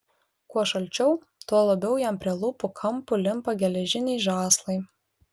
kuo šalčiau tuo labiau jam prie lūpų kampų limpa geležiniai žąslai